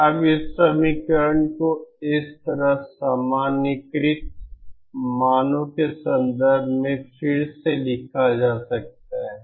अब इस समीकरण को इस तरह सामान्यीकृत मानो के संदर्भ में फिर से लिखा जा सकता है